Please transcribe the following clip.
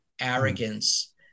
arrogance